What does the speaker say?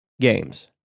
games